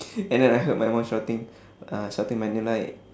and then I heard my mum shouting uh shouting my name like